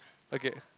okay